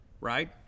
right